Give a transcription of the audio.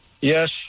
Yes